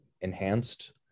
enhanced